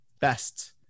best